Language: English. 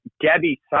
Gabby